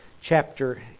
chapter